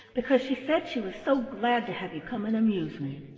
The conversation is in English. because she said she was so glad to have you come and amuse me.